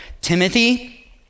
Timothy